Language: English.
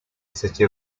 city